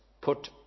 put